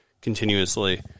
continuously